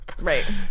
Right